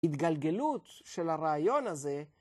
התגלגלות של הרעיון הזה